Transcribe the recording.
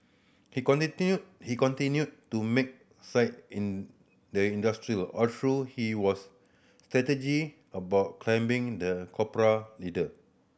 he he continued to make side in the industry although he was strategic about climbing the corporate ladder